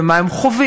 ומה הם חווים,